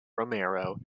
romero